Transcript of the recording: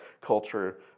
culture